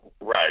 Right